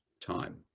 time